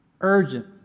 urgent